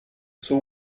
suo